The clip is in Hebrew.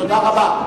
תודה רבה.